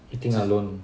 eating along